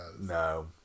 No